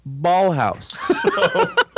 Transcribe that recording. Ballhouse